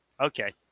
Okay